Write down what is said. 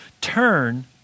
turn